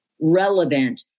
relevant